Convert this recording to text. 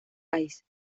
país